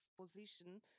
position